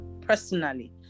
Personally